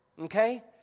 Okay